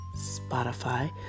Spotify